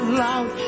loud